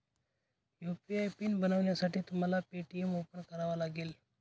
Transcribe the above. UPI PIN बनवण्यासाठी तुम्हाला Paytm open करावा लागेल